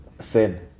Sin